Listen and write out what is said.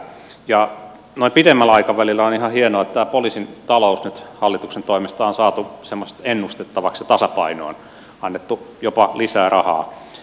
noin pitemmällä aikavälillä on ihan hienoa että tämä poliisin talous nyt hallituksen toimesta on saatu semmoiseksi ennustettavaksi ja tasapainoon annettu jopa lisää rahaa